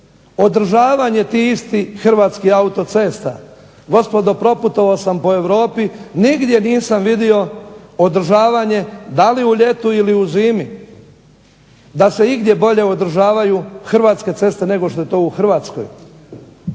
održavanje tih istih hrvatskih autocesta. Gospodo, proputovao sam po Europi nigdje nisam vidio održavanje da li u ljeti ili u zimi, da se igdje bolje održavaju hrvatske ceste nego što je to u Hrvatskoj.